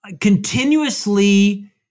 continuously